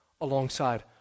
alongside